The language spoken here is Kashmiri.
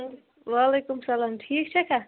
وعلیکُم سلام ٹھیٖک چھَکھا